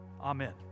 Amen